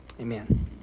amen